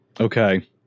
Okay